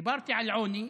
דיברתי על עוני,